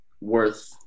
worth